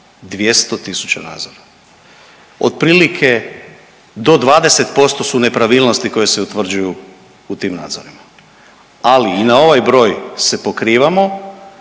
200 tisuća nadzora. Otprilike do 20% su nepravilnosti koje se utvrđuju i tim nadzorima, ali i na ovaj broj se pokrivamo.